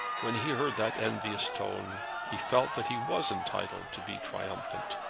when he heard that envious tone he felt that he was entitled to be triumphant.